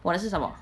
我的是什么